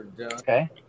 Okay